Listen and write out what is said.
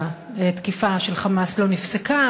התקיפה של "חמאס" לא נפסקה,